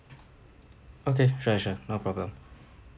okay sure sure no problem